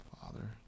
Father